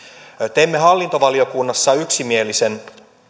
teimme hallintovaliokunnassa yksimielisen